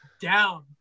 down